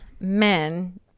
men